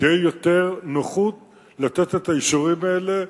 תהיה יותר נוחות לתת את האישורים האלה.